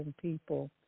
people